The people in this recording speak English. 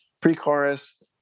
pre-chorus